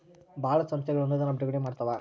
ಭಾಳ ಸಂಸ್ಥೆಗಳು ಅನುದಾನ ಬಿಡುಗಡೆ ಮಾಡ್ತವ